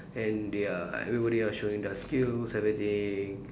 and they are everybody are showing their skills everything